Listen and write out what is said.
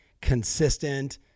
consistent